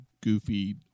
goofy